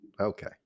okay